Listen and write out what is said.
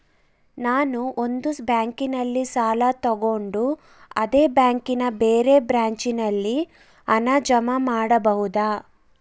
ನಾನು ಒಂದು ಬ್ಯಾಂಕಿನಲ್ಲಿ ಸಾಲ ತಗೊಂಡು ಅದೇ ಬ್ಯಾಂಕಿನ ಬೇರೆ ಬ್ರಾಂಚಿನಲ್ಲಿ ಹಣ ಜಮಾ ಮಾಡಬೋದ?